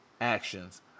actions